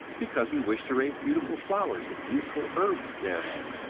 because we wish to raise beautiful flowers and useful herbs therein.